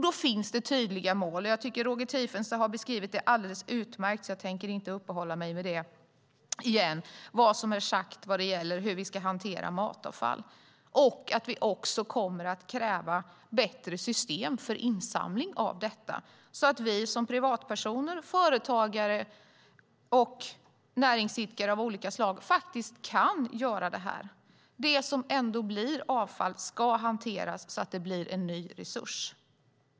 Där finns det tydliga mål, och eftersom Roger Tiefensee beskrivit dem på ett alldeles utmärkt sätt tänker jag inte uppehålla mig vid vad som sagts om hanteringen av matavfall. Vi kommer att kräva bättre system för insamling av avfallet så att vi som privatpersoner, företagare och näringsidkare av olika slag kan samla in det. Det som ändå blir avfall ska hanteras så att det blir till en ny resurs.